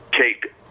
take –